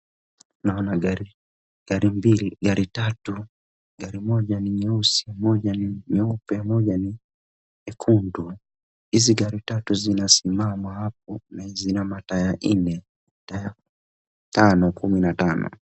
Naona gari mbili gari tatu gari moja ni nyeusi, moja ni nyeupe, moja ni nyekundu, hizi gari zina simama hapo na zina ma taya nne, tano, kumi na tano.